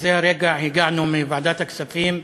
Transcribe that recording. בזה הרגע הגענו מוועדת הכספים,